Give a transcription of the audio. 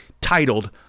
titled